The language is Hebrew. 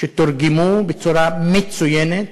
שתורגמו בצורה מצוינת,